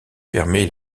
permet